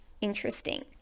interesting